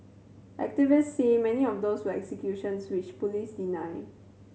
activist say many of those were executions which police deny